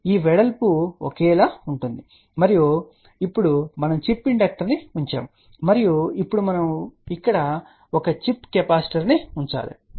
కాబట్టి ఈ వెడల్పు ఒకేలా ఉంటుంది మరియు ఇప్పుడు మనం చిప్ ఇండక్టర్ను ఉంచాము మరియు ఇప్పుడు మనం ఇక్కడ చిప్ కెపాసిటర్ను ఉంచాలి